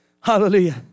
Hallelujah